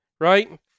right